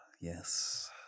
yes